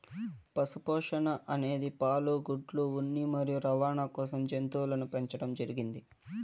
పశు పోషణ అనేది పాలు, గుడ్లు, ఉన్ని మరియు రవాణ కోసం జంతువులను పెంచండం జరిగింది